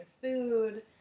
food